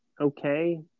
okay